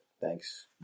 Thanks